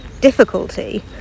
difficulty